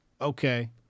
Okay